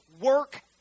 work